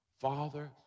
Father